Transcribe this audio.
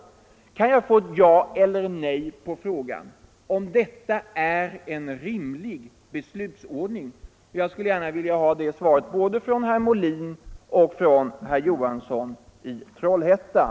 Kan jag få ett ja eller nej på frågan = statsrådens om detta är en rimlig beslutsordning? Jag skulle gärna vilja ha det svaret — tjänsteutövning från både herr Molin och herr Johansson i Trollhättan.